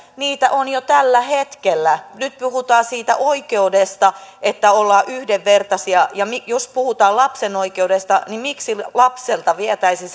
niitä on jo tällä hetkellä nyt puhutaan siitä oikeudesta että ollaan yhdenvertaisia ja jos puhutaan lapsen oikeudesta niin miksi lapselta vietäisiin